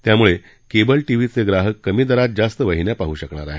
त्यामुळे केबल टीव्हीचे ग्राहक कमी दरात जास्त वाहिन्या पाहू शकणार आहेत